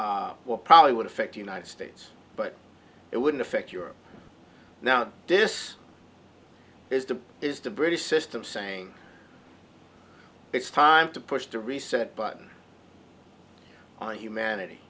well probably would affect united states but it wouldn't affect europe now this is the is the british system saying it's time to push the reset button on humanity